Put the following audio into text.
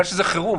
סגורות,